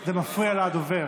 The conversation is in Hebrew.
זה מפריע לדובר.